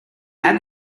add